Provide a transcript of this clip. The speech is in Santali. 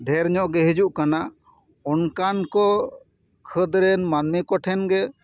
ᱰᱷᱮᱨ ᱧᱚᱜ ᱜᱮ ᱦᱤᱡᱩᱜ ᱠᱟᱱᱟ ᱚᱱᱠᱟᱱ ᱠᱚ ᱠᱷᱟᱹᱫᱽ ᱨᱮᱱ ᱢᱟᱹᱱᱢᱤ ᱠᱚᱴᱷᱮᱱ ᱜᱮ